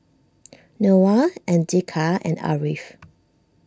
Noah Andika and Ariff